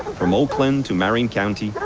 from oakland to marin county,